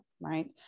right